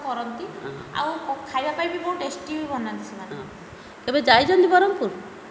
କରନ୍ତି ଆଉ ଖାଇବା ପାଇଁ ବି ବହୁତ ଟେଷ୍ଟି ବି ବନାନ୍ତି ସେମାନେ କେବେ ଯାଇଛନ୍ତି ବ୍ରହ୍ମପୁର